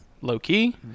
low-key